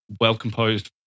well-composed